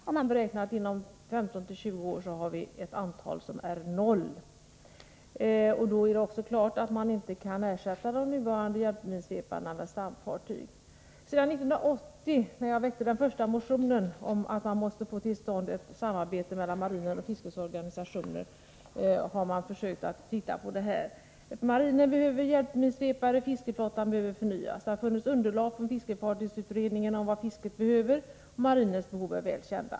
Herr talman! Jag tackar försvarsministern för det positiva svaret. Det borde vara självklart att vi så långt möjligt försöker samutnyttja våra resurser. Vi har helt enkelt inte råd att låta bli. Minröjningsfunktionen är ett sådant område. Vi har ett samutnyttjande i dag. Drygt 8096 av vårt marinsveparbestånd utgörs av uttagna fiskeskepp i trä. Man har emellertid inte tagit ut något sådant fartyg sedan 1968, och man beräknar att inom 15-20 år har antalet sjunkit till noll. Då är det helt klart att man inte kan ersätta de Sedan 1980, då jag väckte den första motionen om att man måste få till stånd ett samarbete mellan marinen och fiskets organisationer, har man undersökt den här frågan. Marinen behöver hjälpminsvepare, fiskeflottan behöver förnyas. Det har funnits underlag från fiskefartygsutredningen om vad fisket behöver, och marinens behov är väl kända.